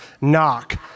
knock